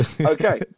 Okay